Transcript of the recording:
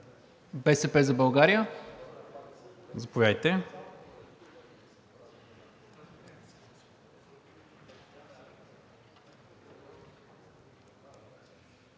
„БСП за България“. Заповядайте